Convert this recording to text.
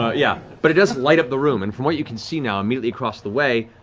yeah. but it does light up the room, and from what you can see now, immediately across the way,